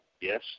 yes